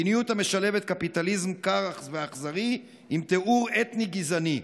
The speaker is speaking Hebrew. מדיניות המשלבת קפיטליזם קר ואכזרי עם טיהור אתני גזעני.